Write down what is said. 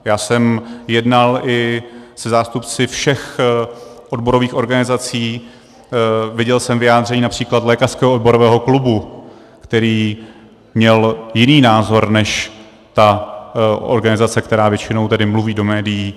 Já jsem jednal i se zástupci všech odborových organizací, viděl jsem vyjádření například Lékařského odborového klubu, který měl jiný názor než organizace, která většinou mluví do médií.